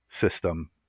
system